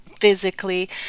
physically